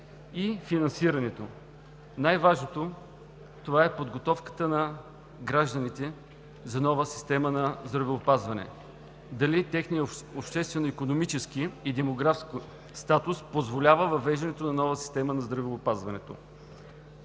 и финансирането. Най-важното е подготовката на гражданите за нова система на здравеопазване, дали техният обществено-икономически и демографски статус позволява въвеждането на нова система на здравеопазването.